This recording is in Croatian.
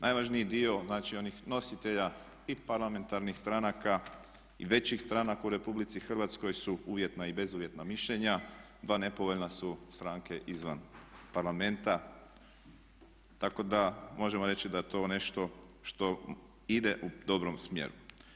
Najvažniji dio, znači onih nositelja i parlamentarnih stranaka i većih stranaka u Republici Hrvatskoj su uvjetna i bezuvjetna mišljenja, dva nepovoljna su stranke izvan Parlamenta, tako da možemo reći da je to nešto što ide u dobrom smjeru.